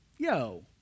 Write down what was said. Yo